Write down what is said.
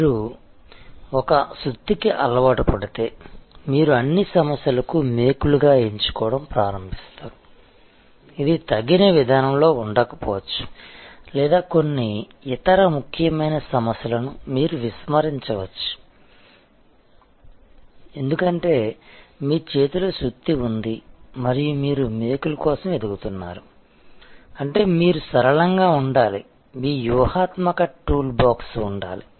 మీరు ఒక సుత్తికి అలవాటుపడితే మీరు అన్ని సమస్యలను మేకులు గా ఎంచుకోవడం ప్రారంభిస్తారు ఇది తగిన విధానంలో ఉండకపోవచ్చు లేదా కొన్ని ఇతర ముఖ్యమైన సమస్యలను మీరు విస్మరించవచ్చు ఎందుకంటే మీ చేతిలో సుత్తి ఉంది మరియు మీరు మేకుల కోసం వెతుకుతున్నారు అంటే మీరు సరళంగా ఉండాలి మీకు వ్యూహాత్మక టూల్బాక్స్ ఉండాలి